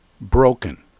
Broken